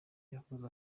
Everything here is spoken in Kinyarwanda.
yakoze